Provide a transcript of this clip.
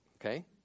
okay